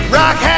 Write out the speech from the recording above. rock